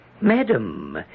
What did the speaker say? Madam